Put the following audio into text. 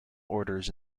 orders